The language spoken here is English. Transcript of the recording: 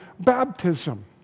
baptism